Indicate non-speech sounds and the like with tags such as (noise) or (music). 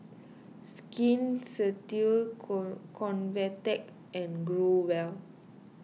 Skin (unintelligible) Convatec and Growell